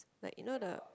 like you know the